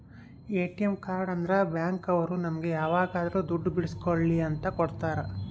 ATM card ಅಂದ್ರ bank ಅವ್ರು ನಮ್ಗೆ ಯಾವಾಗದ್ರು ದುಡ್ಡು ಬಿಡ್ಸ್ಕೊಳಿ ಅಂತ ಕೊಡ್ತಾರ